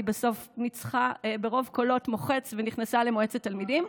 היא ניצחה ברוב קולות מוחץ ונכנסה למועצת תלמידים.